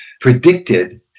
predicted